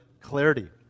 clarity